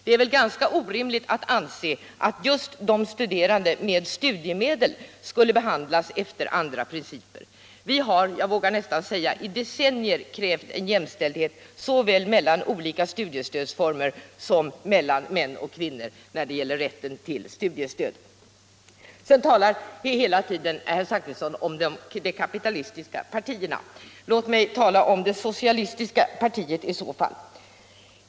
Det är väl ganska orimligt att anse att just de studerande med studiemedel skall behandlas efter andra principer än andra! Vi har, jag vågar nästan säga i decennier, krävt en jämlikhet såväl mellan olika studiestödsformer som mellan män och kvinnor när det gäller rätten:till studiestöd. Sedan talar herr Zachrisson hela tiden om de kapitalistiska partierna. Låt mig i så fall tala om det socialistiska partiet.